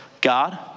God